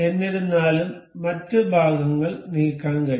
എന്നിരുന്നാലും മറ്റ് ഭാഗങ്ങൾ നീക്കാൻ കഴിയും